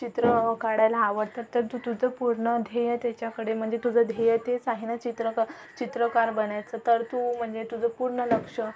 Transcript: चित्रं काढायला आवडतात तर तू तुझं पूर्ण ध्येय त्याच्याकडे म्हणजे तुझं ध्येय तेच आहे ना चित्रक चित्रकार बनायचं तर तू म्हणजे तुझं पूर्ण लक्ष